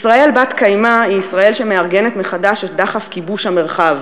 ישראל בת-קיימא היא ישראל שמארגנת מחדש את דחף כיבוש המרחב,